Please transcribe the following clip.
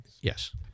Yes